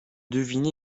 deviner